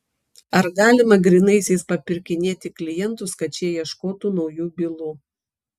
ar galima grynaisiais papirkinėti klientus kad šie ieškotų naujų bylų